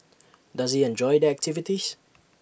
does he enjoy the activities